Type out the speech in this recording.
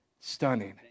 stunning